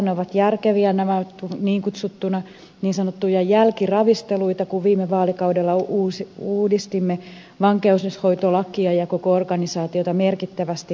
ne ovat järkeviä niin sanottuja jälkiravisteluita kun viime vaalikaudella uudistimme vankeinhoitolakia ja koko organisaatiota merkittävästi